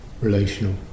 relational